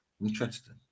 Interesting